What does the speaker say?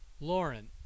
Lauren